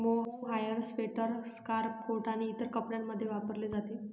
mohair sweater, scarf, coat आणि इतर कपड्यांमध्ये वापरले जाते